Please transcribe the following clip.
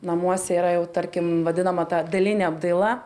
namuose yra jau tarkim vadinama ta dalinė apdaila